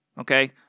Okay